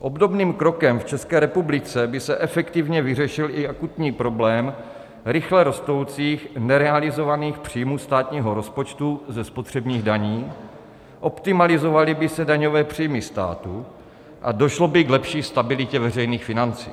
Obdobným krokem v České republice by se efektivně vyřešil i akutní problém rychle rostoucích nerealizovaných příjmů státního rozpočtu ze spotřebních daní, optimalizovaly by se daňové příjmy státu a došlo by k lepší stabilitě veřejných financí.